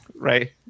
right